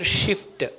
shift